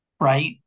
right